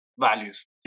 values